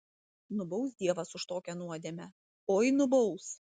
nubaus dievas už tokią nuodėmę oi nubaus